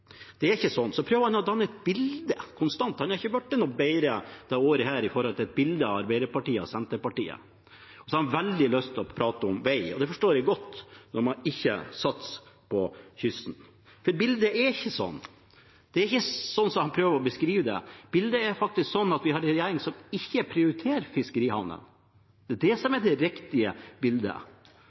Jeg har ikke tillit til begrunnelsen fra Solvik-Olsen. Det er ikke slik. Så prøver han konstant å skape et bilde av Arbeiderpartiet og Senterpartiet – han har ikke blitt noe bedre i løpet av dette året. Han har også veldig lyst til å prate om vei, og det forstår jeg godt når man ikke satser på kysten. Bildet er ikke slik som han prøver å beskrive det. Bildet er faktisk at vi har en regjering som ikke prioriterer fiskerihavnene. Det er det riktige bildet.